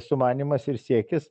sumanymas ir siekis